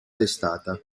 testata